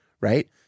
right